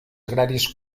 agràries